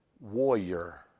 warrior